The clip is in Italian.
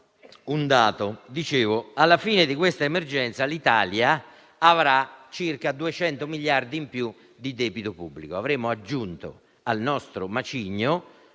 un dato e dicevo che, alla fine di questa emergenza, l'Italia avrà circa 200 miliardi di euro in più di debito pubblico. Avremo aggiunto al nostro macigno,